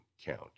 count